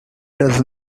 does